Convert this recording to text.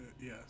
yes